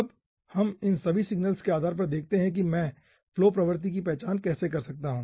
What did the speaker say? अब हम इन सभी सिग्नल्स के आधार पर देखते हैं कि मैं फ्लो प्रवृत्ति की पहचान कैसे कर सकता हूं